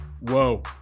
Whoa